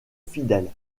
fidèle